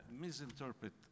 misinterpret